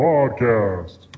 Podcast